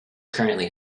currently